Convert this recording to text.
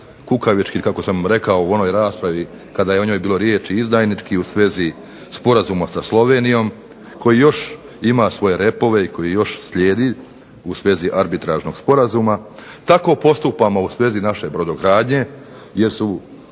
kukavički kako sam rekao u onoj raspravi kada je o njoj bilo riječi izdajnički i u svezi sporazuma sa Slovenijom koji još ima svoje repove i koji još slijedi u svezi Arbitražnog sporazuma. Tako postupamo u svezi naše brodogradnje jer su